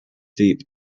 deep